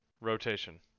rotation